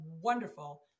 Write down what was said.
wonderful